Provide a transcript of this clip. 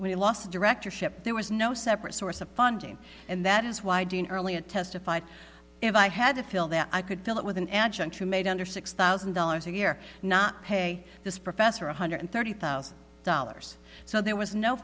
last directorship there was no separate source of funding and that is why dean early a testified if i had to feel that i could fill it with an adjunct who made under six thousand dollars a year not pay this professor one hundred thirty thousand dollars so there was no